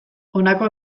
honako